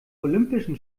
olympischen